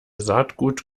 saatgut